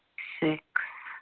six,